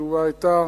התשובה היתה: